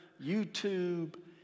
YouTube